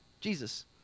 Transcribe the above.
Jesus